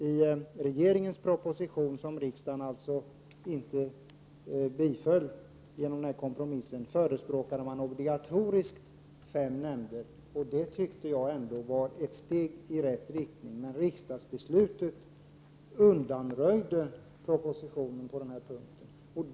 I regeringens proposition, som riksdagen således inte antog, förespråkade man fem obligatoriska nämnder, och det var ändå ett steg i rätt riktning. Men riksdagsbeslutet undanröjde propositionen på den här punkten.